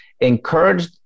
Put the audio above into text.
encourage